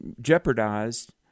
jeopardized